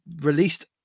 released